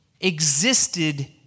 existed